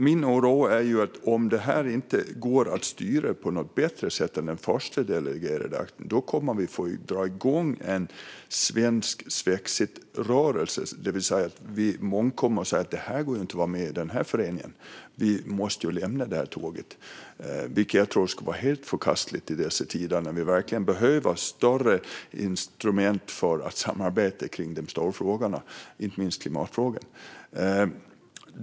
Min oro rör att om det inte går att styra detta på ett bättre sätt än för den första delegerade akten kommer vi att få se en svensk svexitrörelse dra igång. Många kommer att säga att det inte går att vara med i den här föreningen och att vi måste lämna tåget. Det skulle vara helt förkastligt i dessa tider när vi verkligen behöver större instrument för att samarbeta runt de stora frågorna, inte minst klimatfrågan.